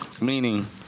Meaning